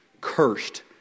cursed